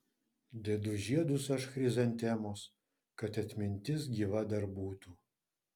dedu žiedus aš chrizantemos kad atmintis gyva dar būtų